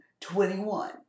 21